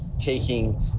taking